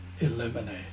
eliminate